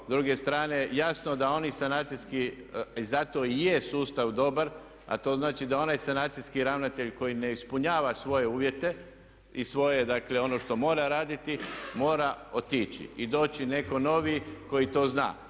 S druge strane, jasno da oni sanacijski, zato i je sustav dobar, a to znači da onaj sanacijski ravnatelj koji ne ispunjava svoje uvjete i svoje, dakle ono što mora raditi mora otići i doći netko novi koji to zna.